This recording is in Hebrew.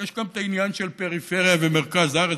יש גם העניין של פריפריה ומרכז הארץ,